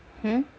hmm